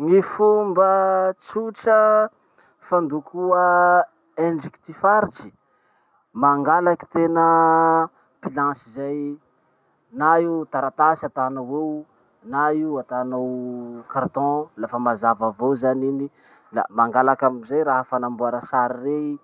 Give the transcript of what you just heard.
Gny fomba tsotra fandokoa endriky ty faritsy. Mangalaky tena planche zay. Na io taratasy atanao eo, na io atanao carton, lafa mazava avao zany iny. La mangalaky amizay raha fanamboara sary rey